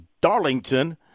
Darlington